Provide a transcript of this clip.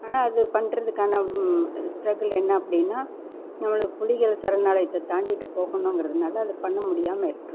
ஆனால் அது பண்ணுறதுக்கான ஸ்ட்ரகில் என்ன அப்படினா நம்மளுக்கு புலிகள் சரணாலயத்தை தாண்டிகிட்டு போகணுங்கிறதுனால் அதில் பண்ண முடியாமல் இருக்குது